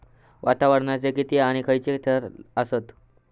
वातावरणाचे किती आणि खैयचे थर आसत?